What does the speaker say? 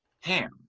ham